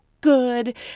good